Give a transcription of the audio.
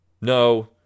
No